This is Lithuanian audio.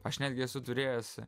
aš netgi esu turėjęs